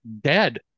dead